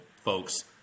folks